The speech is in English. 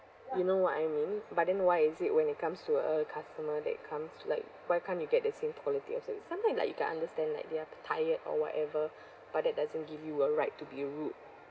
you know what I mean but then why is it when it comes to a customer that comes like why can't you get the same quality of service sometime like you can understand like they're tired or whatever but that doesn't give you a right to be rude